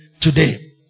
today